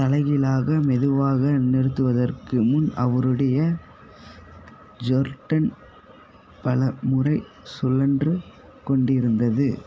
தலைகீலாக மெதுவாக நிறுத்துவதற்கு முன் அவருடைய ஜோர்டன் பலமுறை சுழன்றுக் கொண்டிருந்தது